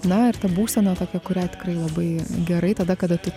na ir ta būsena tokia kurią tikrai labai gerai tada kada tu